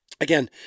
again